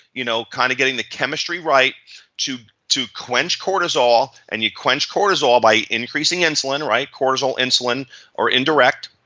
you know kind of getting the chemistry right to to quench cortisol. and you quench cortisol by increasing insulin right cortisol insulin or indirect.